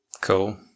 Cool